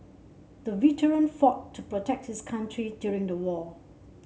the veteran fought to protect his country during the war